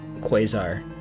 quasar